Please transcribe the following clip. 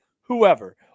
whoever